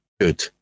good